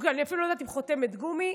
אני אפילו לא יודעת אם חותמת גומי,